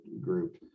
group